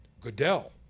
Goodell